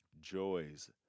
joys